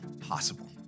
possible